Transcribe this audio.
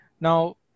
Now